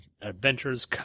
Adventures